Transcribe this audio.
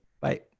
bye